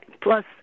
plus